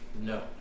No